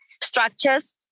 structures